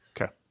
Okay